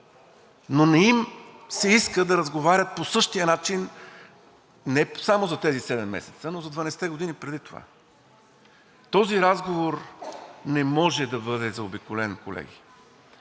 Но не им се иска да разговарят по същия начин не само за тези седем месеца, но за 12-те години преди това. Този разговор не може да бъде заобиколен, колеги,